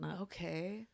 okay